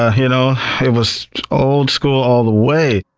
ah you know it was old school all the way!